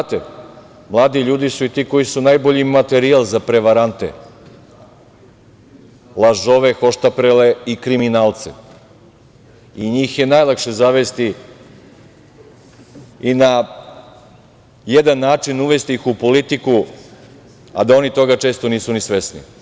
Znate, mladi ljudi su i ti koji su najbolji materijal za prevarante, lažove, hohštaplere i kriminalce i njih je najlakše zavesti i na jedan način uvesti ih u politiku, a da oni toga često nisu ni svesni.